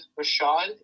Rashad